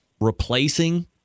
replacing